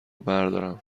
بردارم